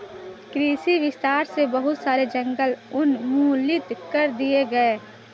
कृषि विस्तार से बहुत सारे जंगल उन्मूलित कर दिए गए